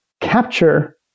capture